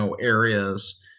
areas